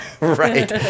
Right